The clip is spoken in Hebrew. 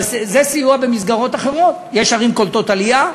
אבל זה סיוע במסגרות אחרות, יש ערים קולטות עלייה,